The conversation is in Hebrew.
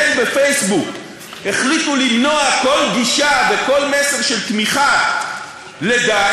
בפייסבוק כן החליטו למנוע כל גישה וכל מסר של תמיכה ב"דאעש",